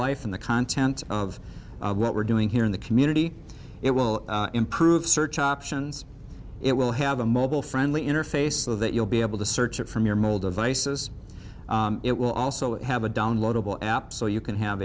life in the content of what we're doing here in the community it will improve search options it will have a mobile friendly interface so that you'll be able to search it from your mobile devices it will also have a downloadable app so you can have